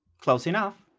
close enough.